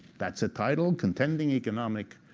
that's the title, contending economic